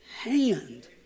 hand